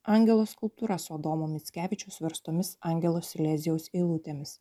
angelo skulptūra su adomo mickevičiaus verstomis angelo silezijaus eilutėmis